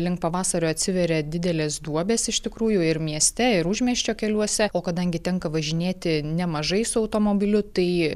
link pavasario atsiveria didelės duobės iš tikrųjų ir mieste ir užmiesčio keliuose o kadangi tenka važinėti nemažai su automobiliu tai